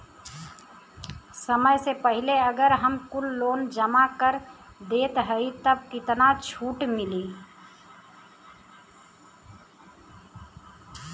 समय से पहिले अगर हम कुल लोन जमा कर देत हई तब कितना छूट मिली?